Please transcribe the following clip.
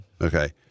Okay